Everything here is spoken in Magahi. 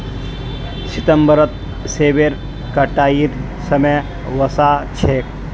सितंबरत सेबेर कटाईर समय वसा छेक